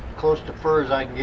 close to furs i